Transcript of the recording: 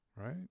right